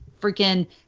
freaking